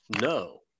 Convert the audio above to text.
No